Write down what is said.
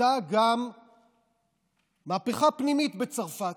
התלוותה גם מהפכה פנימית בצרפת: